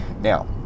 Now